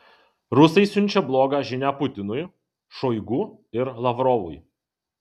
rusai siunčia blogą žinią putinui šoigu ir lavrovui